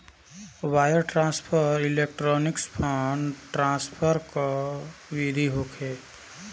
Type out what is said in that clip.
wire transfer electronic fund transfer कअ विधि हवे